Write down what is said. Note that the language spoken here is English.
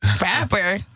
rapper